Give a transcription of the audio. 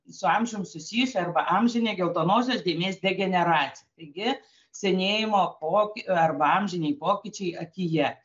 su amžium susijusi arba amžinė geltonosios dėmės degeneracija taigi senėjimo po arba amžiniai pokyčiai akyje